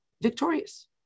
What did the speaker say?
victorious